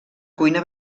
cuina